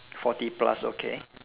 forty plus okay